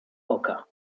oka